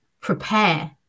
prepare